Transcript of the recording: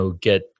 get